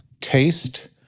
Taste